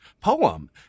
poem